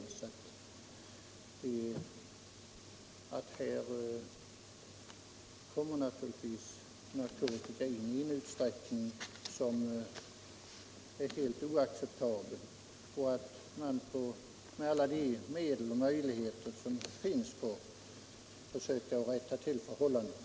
Narkotika strömmar in i landet i en utsträckning som är helt oacceptabel, och vi måste med alla de medel som står oss till buds försöka rätta till förhållandena.